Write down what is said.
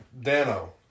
Dano